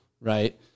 Right